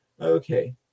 Okay